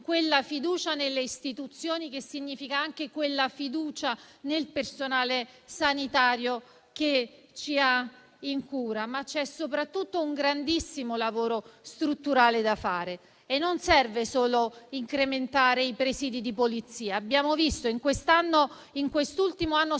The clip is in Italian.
quella fiducia nelle istituzioni, che significa anche fiducia nel personale sanitario che ci ha in cura, ma c'è soprattutto un grandissimo lavoro strutturale da fare e non serve solo incrementare i presìdi di polizia, che in quest'ultimo anno